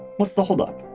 what's the holdup?